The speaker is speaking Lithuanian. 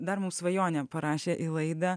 dar mums svajonė parašė į laidą